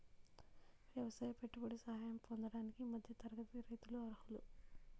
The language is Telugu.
ఎవసాయ పెట్టుబడి సహాయం పొందడానికి మధ్య తరగతి రైతులు అర్హులు